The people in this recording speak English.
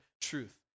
truth